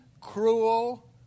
cruel